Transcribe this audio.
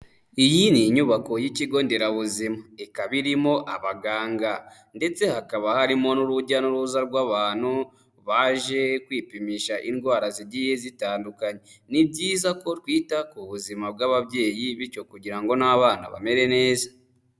Iyi ni inyubako y'ikigo nderabuzima, ikaba irimo abaganga, ndetse hakaba harimo n'urujya n'uruza rw'abantu baje kwipimisha indwara zigiye zitandukanye. Ni byiza ko twita ku buzima bw'ababyeyi, bityo kugira ngo n'abana bamere neza.